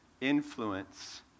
Influence